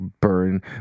burn